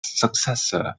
successor